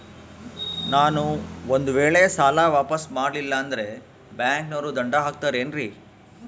ನಾನು ಒಂದು ವೇಳೆ ಸಾಲ ವಾಪಾಸ್ಸು ಮಾಡಲಿಲ್ಲಂದ್ರೆ ಬ್ಯಾಂಕನೋರು ದಂಡ ಹಾಕತ್ತಾರೇನ್ರಿ?